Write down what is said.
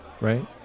Right